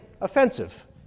offensive